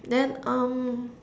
then um